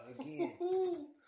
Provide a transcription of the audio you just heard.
again